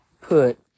put